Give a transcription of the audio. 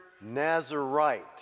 Nazarite